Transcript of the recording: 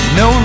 no